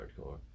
hardcore